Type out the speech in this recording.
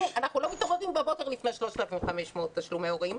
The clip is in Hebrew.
אנחנו לא מתעוררים בבוקר לפני 3,500 שקלים כתשלומי הורים.